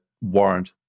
warrant